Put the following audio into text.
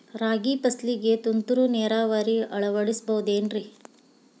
ರಾಗಿ ಫಸಲಿಗೆ ತುಂತುರು ನೇರಾವರಿ ಅಳವಡಿಸಬಹುದೇನ್ರಿ?